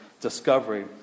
Discovery